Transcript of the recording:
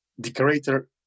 Decorator